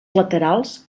laterals